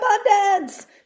abundance